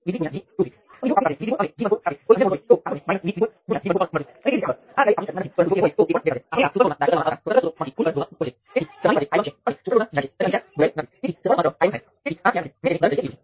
તેથી તેને ફરીથી લખી શકાય છે કારણ કે Ix એ R23 × V2 V3 ને અનુરૂપ કંડકશન G23 છે